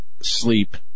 sleep